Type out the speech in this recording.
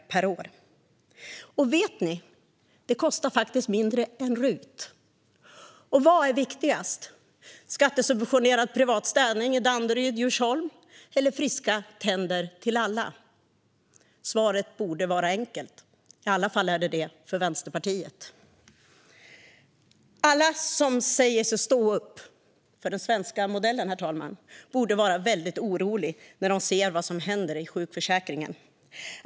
Vet ni att det faktiskt skulle kosta mindre än RUT? Vad är viktigast: skattesubventionerad privat städning i Danderyd och Djursholm eller friska tänder till alla? Svaret borde vara enkelt, i varje fall är det enkelt för Vänsterpartiet. Herr talman! Alla som säger sig stå upp för den svenska modellen borde vara väldigt oroliga när de ser vad som händer i sjukförsäkringen.